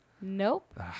Nope